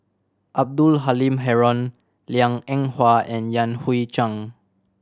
Abdul Halim Haron Liang Eng Hwa and Yan Hui Chang